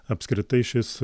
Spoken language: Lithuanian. apskritai šis